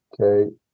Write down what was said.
Okay